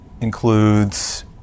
includes